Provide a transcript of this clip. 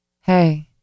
Hey